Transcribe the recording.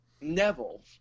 Neville